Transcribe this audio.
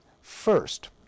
first